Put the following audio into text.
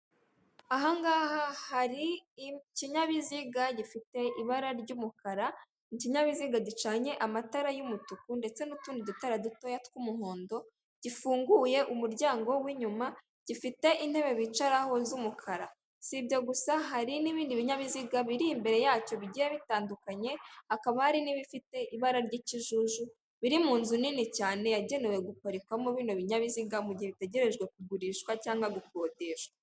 Aha ngaha hari ikinyabiziga gifite ibara ry'umukara, ikinyabiziga gicanye amatara y'umutuku ndetse n'utundi dutara dutoya tw'umuhondo, gifunguye umuryango w'inyuma, gifite intebe bicaraho z'umukara, si ibyo gusa hari n'ibindi binyabiziga biri imbere yacyo bigiye bitandukanye, hakaba hari n'ibifite ibara ry'ikijuju, biri mu nzu nini cyane yagenewe gupakwamo bino binyabiziga, mu gihe bitegerejwe kugurishwa cyangwa gukodesha.